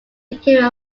became